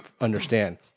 understand